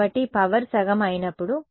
కాబట్టి పవర్ సగం అయినప్పుడు